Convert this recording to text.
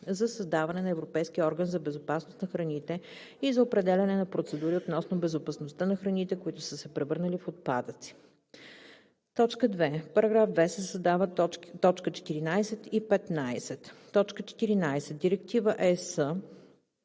за създаване на Европейски орган за безопасност на храните и за определяне на процедури относно безопасността на храните, които са се превърнали в отпадъци.“ 2. В § 2 се създават т. 14 и 15: „14. Директива (ЕС)